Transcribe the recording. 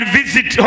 visit